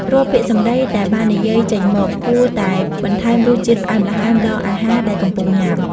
រាល់ពាក្យសម្ដីដែលបាននិយាយចេញមក គួរតែបន្ថែមរសជាតិផ្អែមល្ហែមដល់អាហារដែលកំពុងញ៉ាំ។